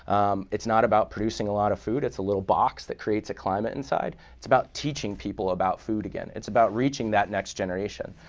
um it's not about producing a lot of food, it's a little box that creates a climate inside. it's about teaching people about food again. it's about reaching that next generation.